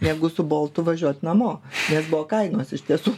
negu su boltu važiuot namo nes buvo kainos iš tiesų